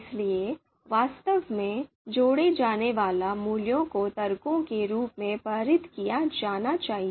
इसलिए वास्तव में जोड़े जाने वाले मूल्यों को तर्कों के रूप में पारित किया जाना चाहिए